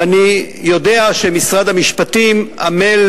ואני יודע שמשרד המשפטים עמל,